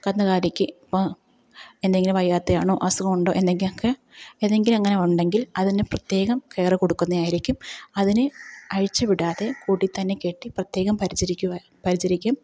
കന്നുകാലിക്ക് ഇപ്പോള് എന്തെങ്കിലും വയ്യാത്തെയാണോ അസുഖമുണ്ടോ എന്തെങ്കിലുമൊക്കെ ഏതെങ്കിലും അങ്ങനെ ഉണ്ടെങ്കിൽ അതിന് പ്രത്യേകം കെയര് കൊടുക്കുന്നതായിരിക്കും അതിനെ അഴിച്ച് വിടാതെ കൂട്ടില്ത്തന്നെ കെട്ടി പ്രത്യേകം പരിചരിക്കുവ പരിചരിക്കും